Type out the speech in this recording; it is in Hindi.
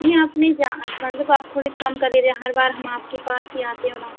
नहीं अपनी जा मतलब आप थोड़ी कम कर देतें हर बार हम आपके पास ही आते और आप